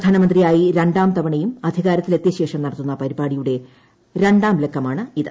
പ്രധാനമന്ത്രിയായി രണ്ടാംതവണയും അധികാരത്തിൽ എത്തിയശേഷം നടത്തുന്ന പരിപാടിയുടെ രണ്ടാം ലക്കമാണ് ഇത്